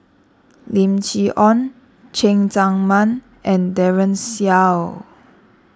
Lim Chee Onn Cheng Tsang Man and Daren Shiau